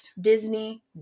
Disney